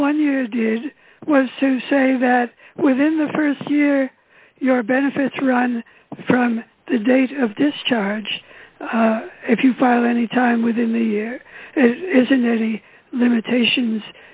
the one you did was to say that within first here your benefits run from the date of discharge if you file any time within the year isn't any limitations